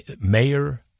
mayor